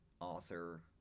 Author